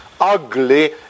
ugly